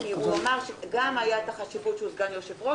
כי הוא גם העלה את החשיבות של סגן יושב-ראש